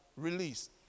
released